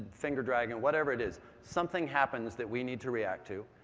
finger-dragging, and whatever it is, something happens that we need to react to,